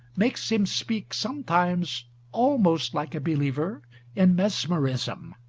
makes him speak sometimes almost like a believer in mesmerism.